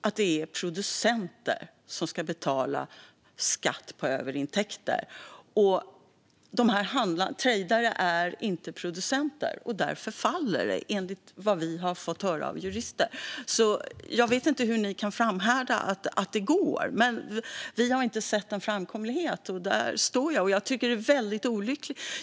att det är producenter som ska betala skatt på överintäkter. Dessa trejdare är inte producenter, och därför faller förslaget, enligt vad vi har fått höra från jurister. Jag vet inte hur ni kan framhärda i att det går, men vi har inte sett en framkomlighet i frågan. Där står jag.